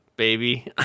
baby